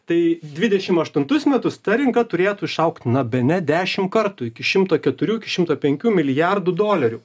tai dvidešim aštuntus metus ta rinka turėtų išaugt na bene dešimt kartų iki šimto keturių šimto penkių milijardų dolerių